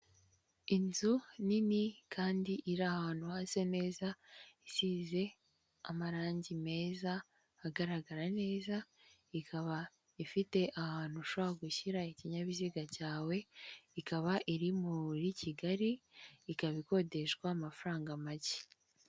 Inzu nini, kandi iri ahantu hasa neza, isize amarangi meza agaragara neza, ikaba ifite ahantu ushobora gushyira ikinyabiziga cyawe, ikaba iri muri Kigali, ikaba ikodeshwa amafaranga make.